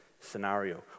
scenario